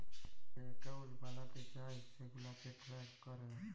যে একাউল্ট বালাতে চায় সেগুলাকে ট্র্যাক ক্যরে